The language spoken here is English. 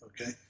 okay